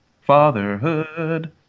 Fatherhood